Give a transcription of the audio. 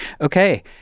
okay